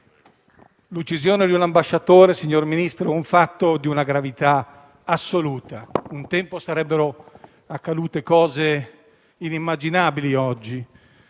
L'uccisione di un ambasciatore, signor Ministro, è un fatto di una gravità assoluta. Un tempo sarebbero accadute cose oggi inimmaginabili.